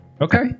Okay